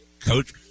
Coach